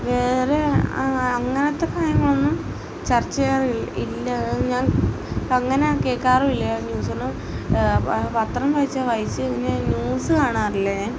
വേറെ അങ്ങനത്തെ കാര്യങ്ങളൊന്നും ചർച്ച ചെയ്യാറില്ല ഞാൻ അങ്ങനെ കേള്ക്കാറുമില്ല ഞാൻ ന്യൂസൊന്നും പത്രം വായിച്ചാല് വായിച്ചു അങ്ങനെ ന്യൂസ് കാണാറില്ല ഞാൻ